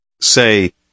say